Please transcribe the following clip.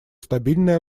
стабильные